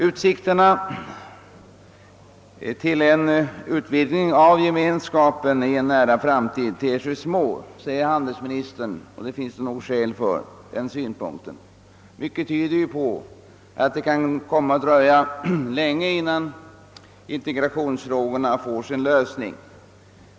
Utsikterna till en utvidgning av Gemenskapen i en nära framtid ter sig små, säger handelsministern, och den synpunkten finns det nog skäl för. Mycket tyder på att det kan komma att dröja länge innan integrationsfrågorna får sin lösning.